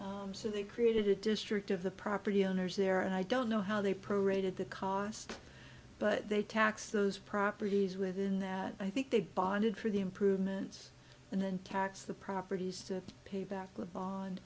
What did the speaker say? so they created a district of the property owners there and i don't know how they prorated the cost but they tax those properties within that i think they bonded for the improvements and then tax the properties to pay back live on